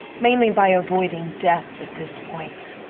mainly by avoiding death at this point.